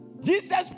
Jesus